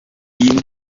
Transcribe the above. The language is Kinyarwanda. iyi